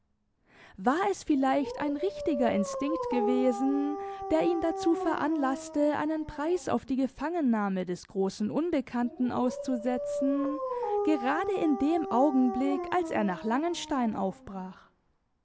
war es vielleicht ein richtiger instinkt gewesen der ihn dazu veranlaßte einen preis auf die gefangennahme des großen unbekannten auszusetzen gerade in dem augenblick als er nach langenstein aufbrach